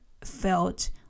felt